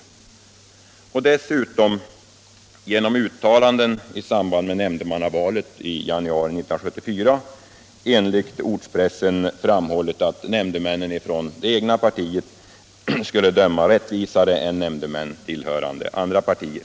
Enligt ortspressen har man i uttalanden i samband med nämndemannavalet i januari 1974 framhållit att nämndemän från det egna partiet skulle döma rättvisare än nämndemän tillhörande andra partier.